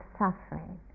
suffering